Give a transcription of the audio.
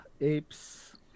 Apes